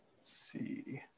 see